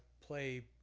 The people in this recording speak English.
play